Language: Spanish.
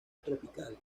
tropical